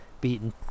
beaten